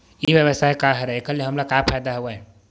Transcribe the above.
ई व्यवसाय का हरय एखर से हमला का फ़ायदा हवय?